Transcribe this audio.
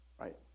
right